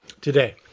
today